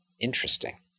interesting